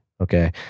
Okay